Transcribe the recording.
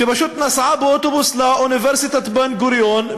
שפשוט נסעה באוטובוס לאוניברסיטת בן-גוריון,